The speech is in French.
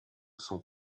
son